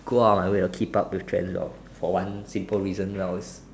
go out I will keep up trend and all for one simple reason wells